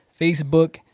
Facebook